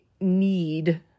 need